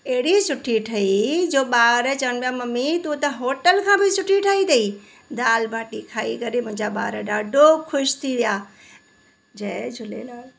अहिड़ी सुठी ठही जो ॿार चवनि पिया मम्मी तू त होटल खां बि सुठी ठाही अथई दाल बाटी ठाही करे मुंहिंजा ॿार ॾाढो ख़ुशि थी विया जय झूलेलाल